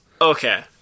Okay